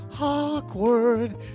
Awkward